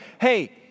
hey